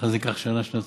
מכרז ייקח שנה-שנתיים.